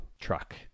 truck